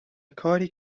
کاری